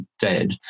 dead